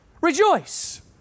Rejoice